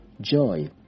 joy